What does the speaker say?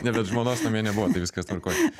ne bet žmonos namie nebuvo tai viskas tvarkoj